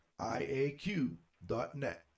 iaq.net